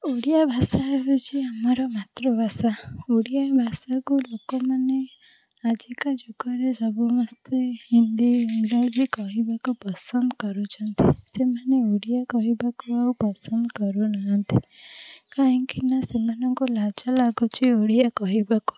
ଓଡ଼ିଆ ଭାଷା ହେଉଛି ଆମର ମାତୃଭାଷା ଓଡ଼ିଆ ଭାଷାକୁ ଲୋକମାନେ ଆଜିକା ଯୁଗରେ ସବୁ ସମସ୍ତେ ହିନ୍ଦୀ ଇଂରାଜୀରେ କହିବାକୁ ପସନ୍ଦ କରୁଛନ୍ତି ସେମାନେ ଓଡ଼ିଆ କହିବାକୁ ଆଉ ପସନ୍ଦ କରୁନାହାନ୍ତି କାହିଁକିନା ସେମାନଙ୍କୁ ଲାଜ ଲାଗୁଛି ଓଡ଼ିଆ କହିବାକୁ